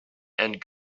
and